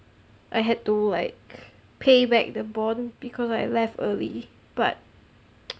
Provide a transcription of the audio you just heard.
I had to like pay back the bond because I left early but